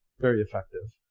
very effective.